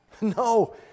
No